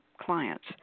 clients